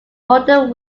modern